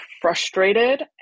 frustrated